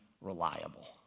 reliable